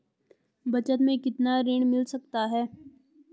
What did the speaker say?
बचत मैं कितना ऋण मिल सकता है?